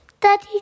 Daddy